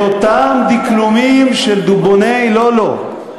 את אותם דקלומים של "דובוני לאלא".